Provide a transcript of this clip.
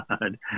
God